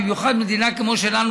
במיוחד מדינה כמו שלנו,